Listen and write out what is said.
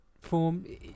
form